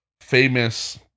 famous